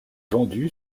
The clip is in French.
vendue